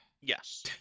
Yes